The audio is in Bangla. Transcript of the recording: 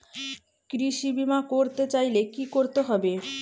কৃষি বিমা করতে চাইলে কি করতে হবে?